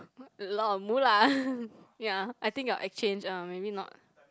a lot of moolah ya I think your exchange ah maybe not